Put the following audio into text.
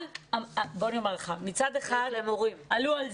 ויש להם הורים.